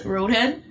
Roadhead